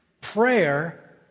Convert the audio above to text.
Prayer